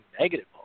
negative